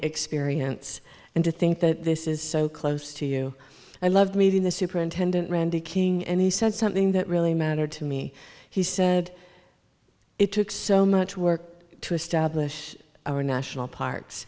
experience and to think that this is so close to you i loved meeting the superintendent randy king and he said something that really mattered to me he said it took so much work to establish our national parks